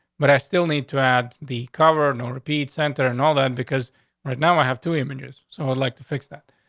but i still need to add the cover no repeat center and all that, because right now i have two images, so i would like to fix that.